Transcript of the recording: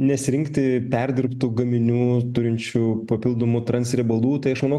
nesirinkti perdirbtų gaminių turinčių papildomų transriebalų tai aš manau